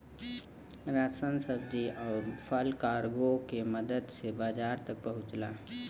ration सब्जी आउर फल कार्गो के मदद से बाजार तक पहुंचला